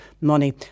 money